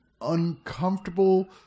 uncomfortable